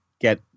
get